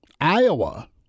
Iowa